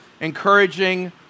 encouraging